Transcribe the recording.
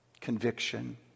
conviction